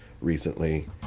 recently